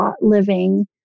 Living